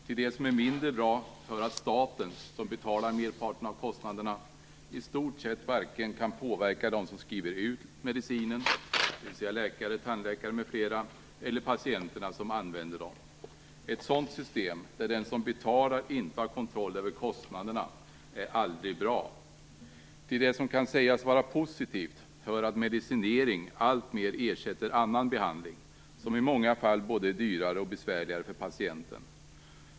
Till de som är mindre bra hör att staten som betalar merparten av kostnaderna i stort sett varken kan påverka de som skriver ut medicinen, dvs. läkare, tandläkare m.fl., eller patienterna som använder dem. Ett sådant system där den som betalar inte har kontroll över kostnaderna är aldrig bra. Till det som kan sägas vara positivt hör att medicinering allt mer ersätter annan behandling som i många fall är både dyrare och besvärligare för patienten.